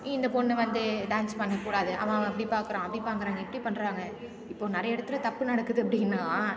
இந்த பொண்ணு வந்து டான்ஸ் பண்ணக் கூடாது அவன் அப்படி பார்க்கறான் அப்படி பண்ணுறாங்க இப்படி பண்ணுறாங்க இப்போது நிறைய இடத்துல தப்பு நடக்குது அப்படின்னா